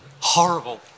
Horrible